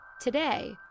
Today